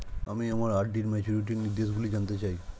আমি আমার আর.ডি র ম্যাচুরিটি নির্দেশগুলি জানতে চাই